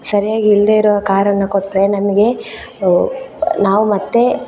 ಸರಿಯಾಗಿಲ್ಲದೇ ಇರುವ ಕಾರನ್ನು ಕೊಟ್ಟರೆ ನಮಗೆ ನಾವು ಮತ್ತು